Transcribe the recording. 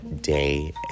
day